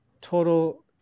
Total